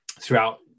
throughout